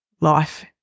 life